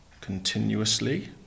continuously